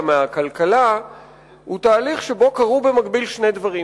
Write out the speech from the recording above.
מהכלכלה הוא תהליך שבו קרו במקביל שני דברים.